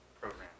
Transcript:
program